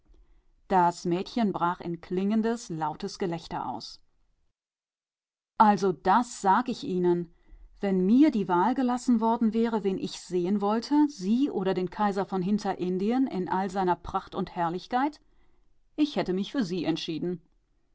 das mädchen brach in klingendes lautes gelächter aus also das sag ich ihnen wenn mir die wahl gelassen worden wäre wen ich sehen wolle sie oder den kaiser von hinterindien in all seiner pracht und herrlichkeit ich hätte mich für sie entschieden